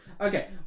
okay